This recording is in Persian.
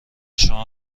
شما